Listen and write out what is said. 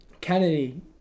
Kennedy